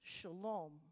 shalom